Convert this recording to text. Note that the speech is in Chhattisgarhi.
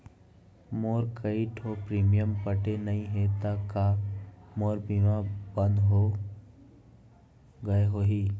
मोर कई ठो प्रीमियम पटे नई हे ता का मोर बीमा बंद हो गए होही?